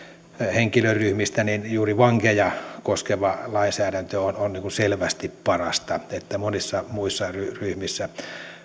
henkilöryhmistä juuri vankeja koskeva lainsäädäntö on on selvästi parasta monissa muissa ryhmissä